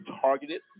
targeted